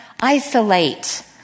isolate